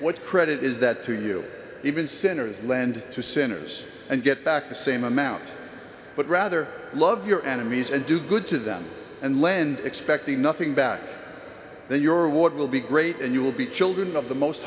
what credit is that to you even sinners lend to sinners and get back the same amount but rather love your enemies and do good to them and lend expecting nothing back then your would will be great and you will be children of the most